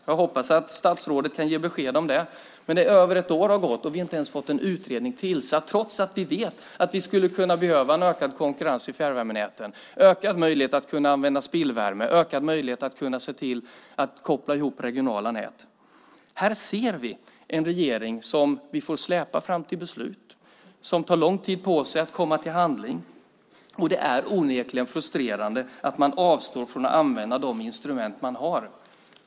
Jag hoppas att statsrådet kan ge besked om det. Men över ett år har gått, och vi har inte ens fått en utredning tillsatt, trots att vi vet att vi skulle behöva en ökad konkurrens i fjärrvärmenäten, en ökad möjlighet att använda spillvärme och en ökad möjlighet att koppla ihop regionala nät. Här ser vi en regering som vi får släpa fram till beslut, som tar lång tid på sig att komma till handling. Och det är onekligen frustrerande att man avstår från att använda de instrument man har.